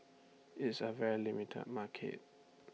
it's A very limited market